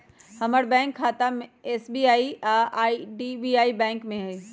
हमर बैंक खता एस.बी.आई आऽ आई.डी.बी.आई बैंक में हइ